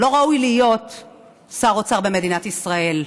לא ראוי להיות שר אוצר במדינת ישראל.